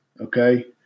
okay